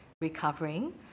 recovering